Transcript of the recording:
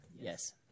Yes